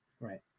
Right